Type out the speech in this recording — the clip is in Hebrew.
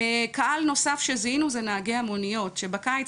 קהל נוסף שזיהינו זה נהגי המוניות שבקיץ